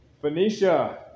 Phoenicia